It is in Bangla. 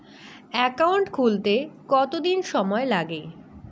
একাউন্ট খুলতে কতদিন সময় লাগে?